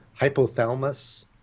hypothalamus